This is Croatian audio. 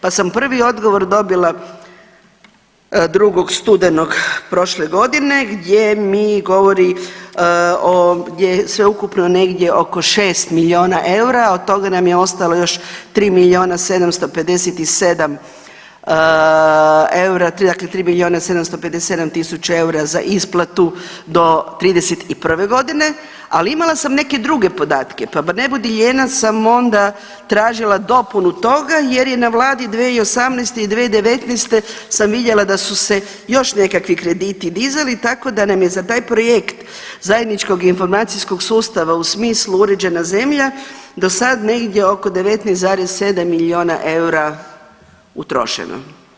Pa sam prvi odgovor dobila 2. studenog prošle godine gdje mi govori o, gdje sveukupno negdje oko 6 miliona eura od toga nam je ostalo još 3 miliona 757 eura, dakle 3 miliona 757 tisuća eura za isplatu do '31. godine, ali imala sam neke druge podatke pa ne budu lijena sam onda tražila dopunu toga jer je na vladi 2018. i 2019. sam vidjela da su se još nekakvi krediti dizali tako da nam je za taj projekt Zajedničkog informacijskog sustava u smislu uređena zemlja do sada negdje oko 19,7 miliona eura utrošeno.